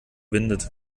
windet